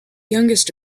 youngest